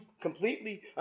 completely